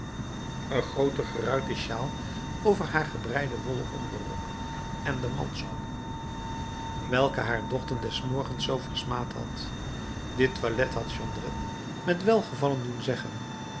een grooten geruiten shawl over haar gebreiden wollen onderrok en de mansschoenen welke haar dochter des morgens zoo versmaad had dit toilet had jondrette met welgevallen doen zeggen